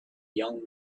young